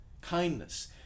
kindness